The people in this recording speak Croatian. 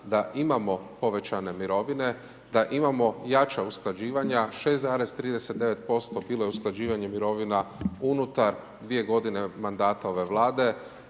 da imamo povećane mirovine, da imamo jača usklađivanja 6,39% bilo je usklađivanja mirovina unutar 2 g. mandata ove vlade,